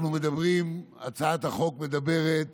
אנחנו מדברים והצעת החוק מדברת